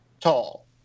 tall